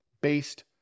based